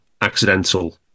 accidental